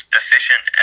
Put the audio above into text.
efficient